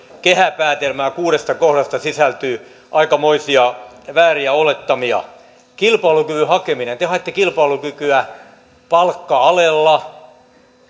kehäpäätelmään kuudesta kohdasta sisältyy aikamoisia vääriä olettamia kilpailukyvyn hakeminen te haette kilpailukykyä palkka alella